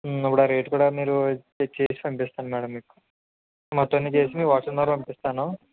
ఇప్పుడు ఆ రేట్ కూడా మీకు చేసి పంపిస్తాను మేడం మీకు మొత్తానికి చేసి మీ వాట్సాప్ నెంబరుకి పంపిస్తాను